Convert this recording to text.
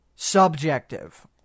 subjective